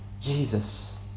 Jesus